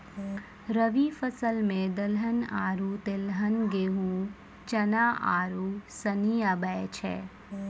रवि फसल मे दलहन आरु तेलहन गेहूँ, चना आरू सनी आबै छै